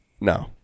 no